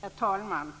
Herr talman!